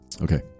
Okay